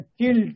killed